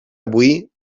avui